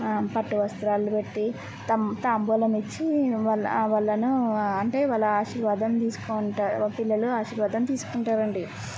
పట్టువస్త్రాలు పెట్టి తం తాంబూలం ఇచ్చి వాళ్ళ వాళ్ళనూ అంటే వాళ్ళ ఆశీర్వాదం తీసుకొంట పిల్లలు ఆశీర్వాదం తీసుకుంటారండి